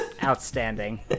outstanding